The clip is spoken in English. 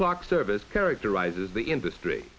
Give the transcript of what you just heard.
clock service characterizes the industry